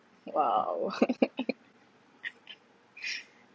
!wow!